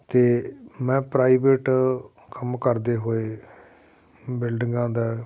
ਅਤੇ ਮੈਂ ਪ੍ਰਾਈਵੇਟ ਕੰਮ ਕਰਦੇ ਹੋਏ ਬਿਲਡਿੰਗਾਂ ਦਾ